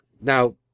now